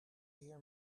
hear